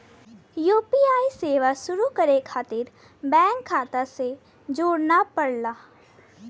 UPI सेवा शुरू करे खातिर बैंक खाता से जोड़ना पड़ला